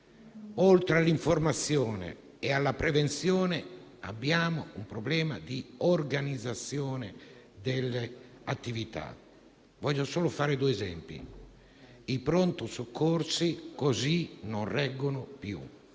là dell'informazione e della prevenzione, abbiamo un problema di organizzazione delle attività. Voglio fare qualche esempio. I pronto soccorso così non reggono più